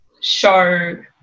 show